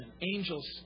Angels